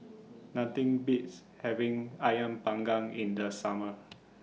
Nothing Beats having Ayam Panggang in The Summer